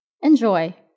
Enjoy